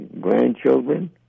grandchildren